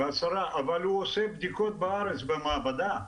אבל הוא עושה בדיקות בארץ במעבדה,